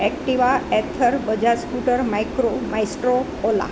Activa ather Bajaj scooter micro maestro ola